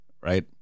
Right